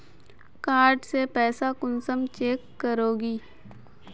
Card से पैसा कुंसम चेक करोगी?